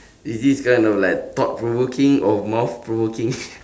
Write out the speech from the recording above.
is this kind of like thought provoking or mouth provoking